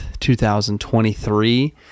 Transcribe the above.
2023